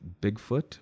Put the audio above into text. bigfoot